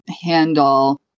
handle